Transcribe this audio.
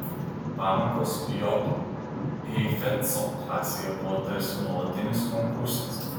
pamokos j heifetzo klasėje buvo tarsi nuolatinis konkursas